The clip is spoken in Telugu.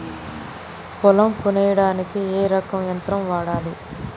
పొలం కొయ్యడానికి ఏ రకం యంత్రం వాడాలి?